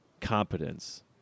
competence